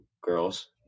girls